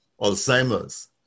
Alzheimer's